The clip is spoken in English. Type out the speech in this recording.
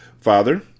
Father